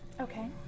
Okay